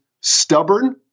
stubborn